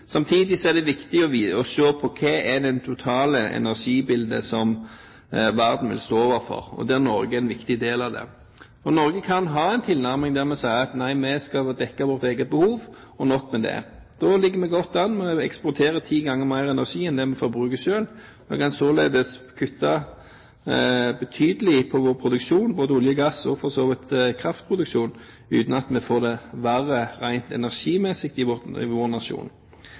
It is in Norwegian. er det viktig å se på det totale energibildet som verden vil stå overfor, der Norge er en viktig del. Norge kan ha en tilnærming der vi sier at vi skal dekke vårt eget behov – og nok med det. Da ligger vi godt an. Vi eksporterer ti ganger mer energi enn det vi forbruker selv. Vi kan således kutte betydelig i vår produksjon av olje og gass og for så vidt i kraftproduksjonen, uten at vi får det verre rent energimessig i vår nasjon.